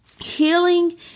Healing